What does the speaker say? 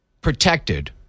protected